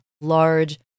large